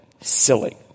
silly